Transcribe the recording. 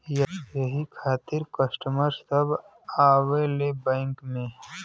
यही खातिन कस्टमर सब आवा ले बैंक मे?